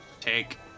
Take